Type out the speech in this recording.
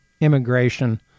immigration